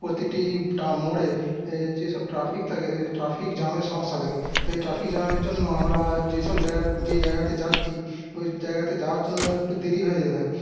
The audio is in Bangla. প্রতিটি টা মোড়ে যেসব ট্রাফিক থাকে সেইসব ট্রাফিক জ্যামের সমস্যা থাকে তাই ট্রাফিক জ্যামের জন্য আমরা যেসব জায়গায় যে জায়গাতে যাচ্ছি ওই জায়গাতে যাওয়ার জন্য একটু দেরি হয়ে হয়